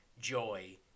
joy